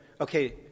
Okay